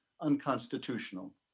unconstitutional